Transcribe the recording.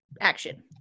action